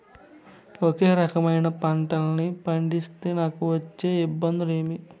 ఒకే రకమైన పంటలని పండిస్తే నాకు వచ్చే ఇబ్బందులు ఏమి?